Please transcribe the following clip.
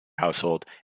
household